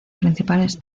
principales